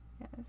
Yes